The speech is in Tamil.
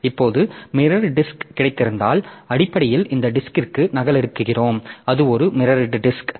இப்போது மிரர் டிஸ்க் கிடைத்திருந்தால் அடிப்படையில் இந்த டிஸ்க்ற்கு நகலெடுக்கிறோம் அது ஒரு மிரர் டிஸ்க்